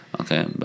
Okay